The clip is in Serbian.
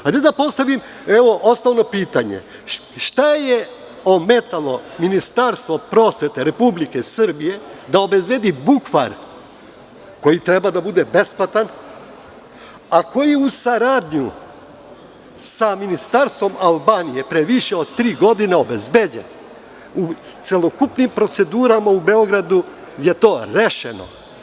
Postavljam osnovno pitanje – šta je ometalo Ministarstvo prosvete Republike Srbije da obezbedi bukvar koji treba da bude besplatan, a koji je u saradnji sa ministarstvom Albanije pre više od tri godine obezbeđen i celokupnim procedurama u Beogradu je to rešeno?